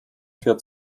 fährt